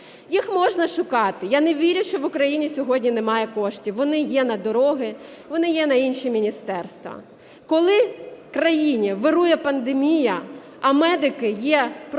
Їх можна шукати. Я не вірю, що в Україні сьогодні немає коштів, вони є на дороги, вони є на інші міністерства. Коли в країні вирує пандемія, а медики є просто